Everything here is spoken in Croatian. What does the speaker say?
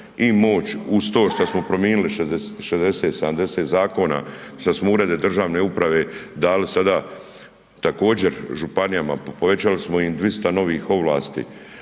i moć uz to što smo primijenili 60, 70 zakona, što smo urede državne uprave dali sada također županijama, povećali smo im 200 novih ovlasti,